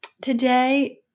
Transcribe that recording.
today –